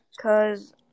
Cause